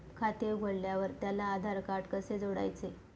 खाते उघडल्यावर त्याला आधारकार्ड कसे जोडायचे?